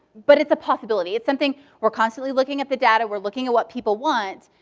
but it's a possibility. it's something we're constantly looking at the data, we're looking at what people want,